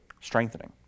strengthening